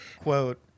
Quote